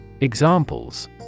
Examples